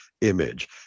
image